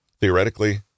Theoretically